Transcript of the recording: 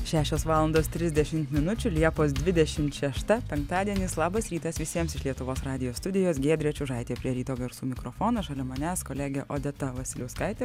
šešios valandos trisdešimt minučių liepos dvidešimt šešta penktadienis labas rytas visiems iš lietuvos radijo studijos giedrė čiužaitė prie ryto garso mikrofono šalia manęs kolegė odeta vasiliauskaitė